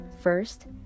First